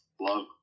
love